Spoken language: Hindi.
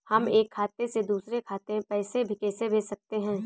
हम एक खाते से दूसरे खाते में पैसे कैसे भेज सकते हैं?